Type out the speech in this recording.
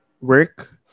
Work